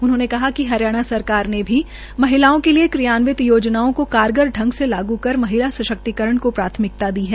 उन्होने कहा कि हरियाणा सरकार ने महिलाओं के लिये क्रियान्वियन योजनाओं को कारगर ढंग से लाग् कर महिला सशक्तिकरण को प्राथमिकता दी है